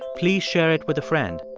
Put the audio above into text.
please share it with a friend.